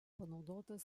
panaudotas